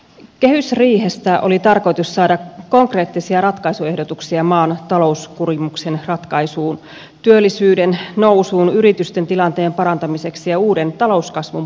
kehysriihestä oli tarkoitus saada konkreettisia ratkaisuehdotuksia maan talouskurimuksen ratkaisuun työllisyyden nousuun yritysten tilanteen parantamiseksi ja uuden talouskasvun pohjaksi